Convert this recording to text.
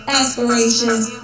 aspirations